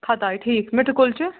ختاے ٹھیٖک مِٹھٕ کُلچہٕ